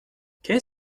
qu’est